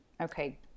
okay